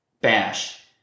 bash